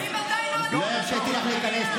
ממתי מעבירים, לא הרשיתי לך להיכנס.